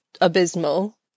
abysmal